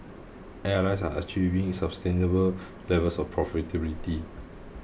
airlines are achieving sustainable levels of profitability